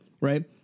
right